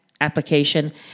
application